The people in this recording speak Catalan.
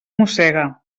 mossega